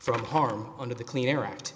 from harm under the clean air act